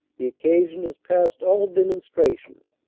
the occasion is past all demonstration.